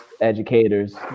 educators